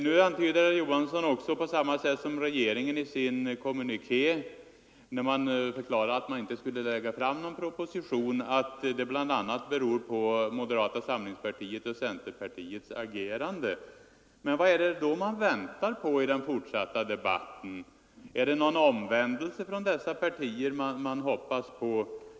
Nu antyder herr Johansson på samma sätt som regeringen i sin kommuniké, där man förklarar att man inte ämnar lägga fram någon proposition, att det bl.a. beror på moderata samlingspartiets och centerpartiets agerande att man inte framlägger förslag. Men vad väntar man på i den fortsatta debatten? Är det någon omvändelse från dessa partier man hoppas på?